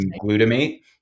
glutamate